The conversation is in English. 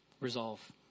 resolve